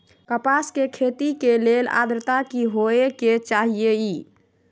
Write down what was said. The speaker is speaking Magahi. कपास के खेती के लेल अद्रता की होए के चहिऐई?